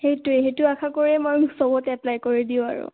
সেইটোৱে সেইটো আশা কৰিয়ে মই সবতে এপ্পলাই কৰি দিওঁ আৰু